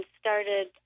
started